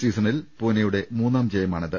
സീസ ണിൽ പൂനെയുടെ മൂന്നാം ജയമാണിത്